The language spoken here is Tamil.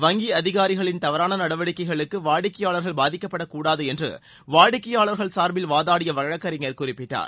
வங்கி அதிகாரிகளின் தவறான நடவடிக்கைகளுக்கு வாடிக்கையாளர்கள் பாதிக்கப்படக் கூடாது என்று வாடிக்கையாளர்கள் சார்பில் வாதாடிய வழக்கறிஞர் குறிப்பிட்டார்